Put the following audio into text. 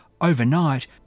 overnight